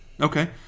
okay